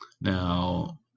now